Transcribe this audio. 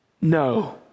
No